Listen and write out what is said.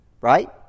Right